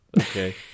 Okay